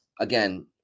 again